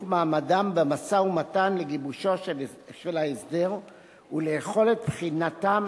מעמדם במשא-ומתן לגיבושו של ההסדר וליכולת בחינתם